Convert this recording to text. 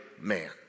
man